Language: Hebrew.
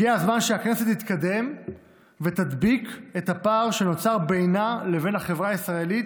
הגיע הזמן שהכנסת תתקדם ותדביק את הפער שנוצר בינה לבין החברה הישראלית,